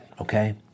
okay